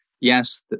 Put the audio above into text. Yes